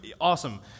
awesome